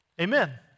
Amen